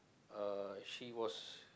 uh she was